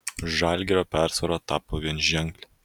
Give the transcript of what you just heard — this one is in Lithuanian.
žalgirio persvara tapo vienženklė